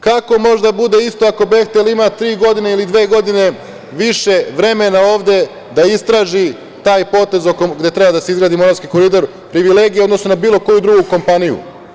Kako može da bude isto ako „Behtel“ ima tri godine ili dve godine više vremena ovde da istraži taj potez gde treba da se izgradi moravski koridor privilegije u odnosu na bilo koju drugu kompaniju.